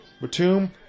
Batum